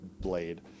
blade